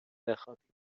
بخوابیم